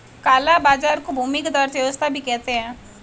काला बाजार को भूमिगत अर्थव्यवस्था भी कहते हैं